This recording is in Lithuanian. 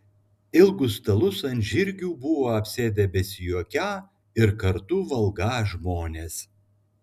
ilgus stalus ant žirgių buvo apsėdę besijuokią ir kartu valgą žmonės